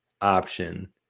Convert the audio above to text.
option